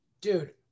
Dude